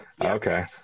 Okay